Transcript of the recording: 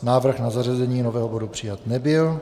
Návrh na zařazení nového bodu přijat nebyl.